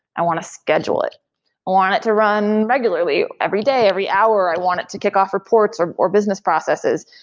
i want to schedule it. i want it to run regularly every day, every hour, i want it to kickoff reports or or business processes.